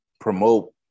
promote